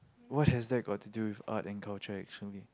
what has that got to do if art and culture actually